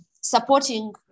supporting